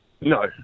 No